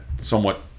somewhat